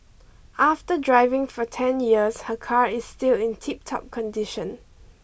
after driving for ten years her car is still in tiptop condition